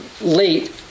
late